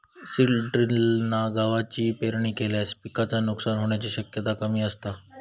seed ड्रिलना गवाची पेरणी केल्यास पिकाचा नुकसान होण्याची शक्यता कमी असता